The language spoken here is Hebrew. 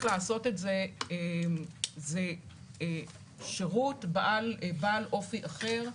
לעשות את זה היא שירות בעל אופי אחר.